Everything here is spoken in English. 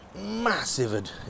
massive